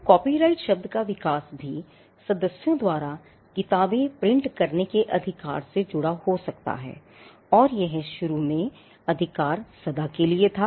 तो कॉपीराइट शब्द का विकास भी सदस्यों द्वारा किताबें प्रिंट करने के अधिकार से जुड़ा हो सकता है और यह शुरू में यह अधिकार सदा के लिए था